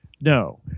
no